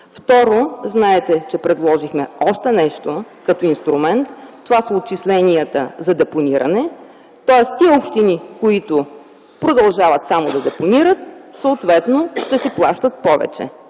Второ, знаете, че предложихме още нещо като инструмент. Това са отчисленията за депониране. Тоест общините, които продължават само да депонират, съответно ще си плащат повече.